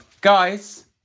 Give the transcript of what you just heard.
Guys